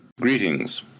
Greetings